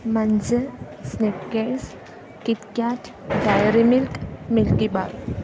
Munch Snickers Kit Kat Dairy Milk Milkybar